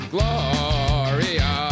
Gloria